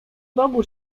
bogu